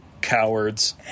Cowards